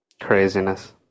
Craziness